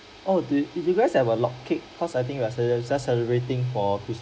oh the if you guys have a log cake because I think are celebrating for chris~